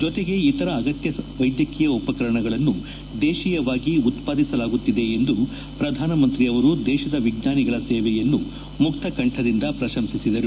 ಜೊತೆಗೆ ಇತರ ಅಗತ್ಯ ವೈದ್ಯಕೀಯ ಉಪಕರಣಗಳನ್ನು ದೇತೀಯವಾಗಿ ಉತ್ಪಾದಿಸಲಾಗುತ್ತಿದೆ ಎಂದು ಪ್ರಧಾನಮಂತ್ರಿ ಅವರು ದೇಶದ ವಿಜ್ವಾನಿಗಳ ಸೇವೆಯನ್ನು ಮುಕ್ತ ಕಂಠದಿಂದ ಪಶಂಸಿಸಿದರು